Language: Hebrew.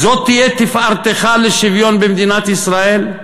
זאת תהיה תפארתך לשוויון במדינת ישראל?